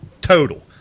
Total